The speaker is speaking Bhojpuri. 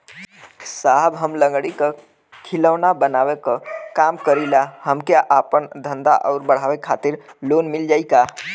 साहब हम लंगड़ी क खिलौना बनावे क काम करी ला हमके आपन धंधा अउर बढ़ावे के खातिर लोन मिल जाई का?